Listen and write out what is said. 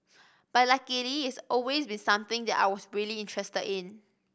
but luckily it's always been something that I was really interested in